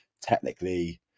technically